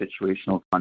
situational